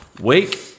Wake